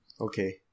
Okay